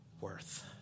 worth